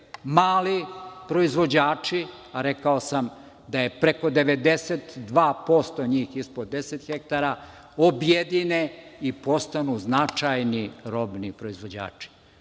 mali proizvođači, a rekao sam da je preko 92% njih ispod 10 hektara, objedine i postanu značajni robni proizvođači. Poštovani